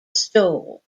stole